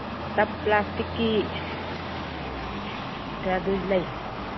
ꯇꯞ ꯄ꯭ꯂꯥꯁꯇꯤꯛꯀꯤ ꯑꯗꯨ ꯂꯩ